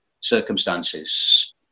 circumstances